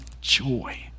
joy